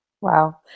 Wow